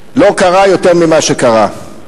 לא קרה יותר ממה שקרה.